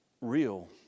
real